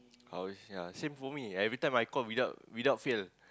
how is ya same for me every time I call without without fail